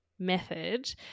method